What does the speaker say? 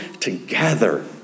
together